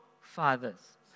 fathers